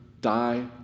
die